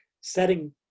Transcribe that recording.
setting